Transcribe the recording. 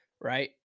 right